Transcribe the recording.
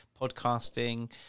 podcasting